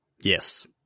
yes